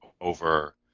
over